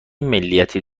ملیتی